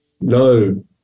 no